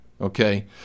okay